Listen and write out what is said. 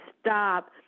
stop